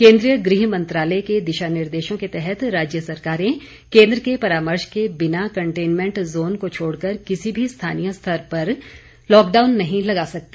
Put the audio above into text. केंद्रीय गृह मंत्रालय के दिशा निर्देशों के तहत राज्य सरकारें केंद्र के परामर्श के बिना कंटेनमेंट जोन को छोड़कर किसी भी स्थानीय स्तर पर लॉकडाउन नहीं लगा सकती